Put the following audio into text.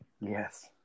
Yes